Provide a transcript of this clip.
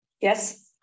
Yes